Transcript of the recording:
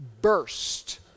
burst